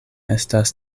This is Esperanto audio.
estas